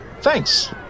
thanks